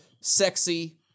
sexy